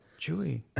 Chewy